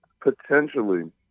potentially